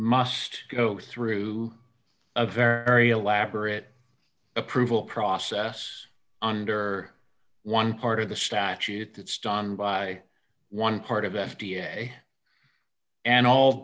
must go through a very elaborate approval process under one part of the statute that's done by one part of f d a